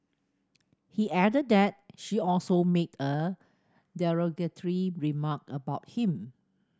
he added that she also made a derogatory remark about him